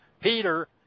Peter